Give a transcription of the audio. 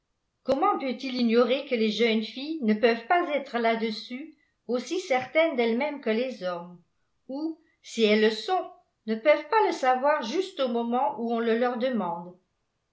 comment peut-il ignorer que les jeunes filles ne peuvent pas être là-dessus aussi certaines d'elles-mêmes que les hommes ou si elles le sont ne peuvent pas le savoir juste au moment où on le leur demande